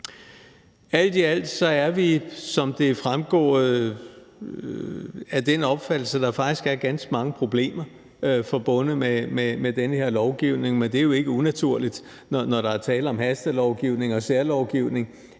Alt i alt er vi, som det er fremgået, af den opfattelse, at der faktisk er ganske mange problemer forbundet med den her lovgivning, men det er jo ikke unaturligt, når der er tale om hastelovgivning og særlovgivning,